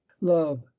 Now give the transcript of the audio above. love